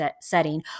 setting